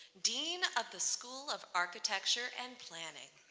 dean of the school of architecture and planning.